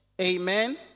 Amen